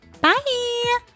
Bye